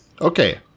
Okay